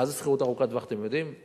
מה זה שכירות ארוכת טווח, אתם יודעים?